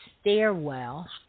Stairwell